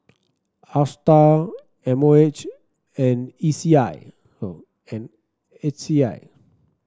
Astar M O H and E C I and H E I